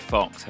Fox